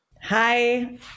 Hi